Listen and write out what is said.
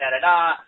da-da-da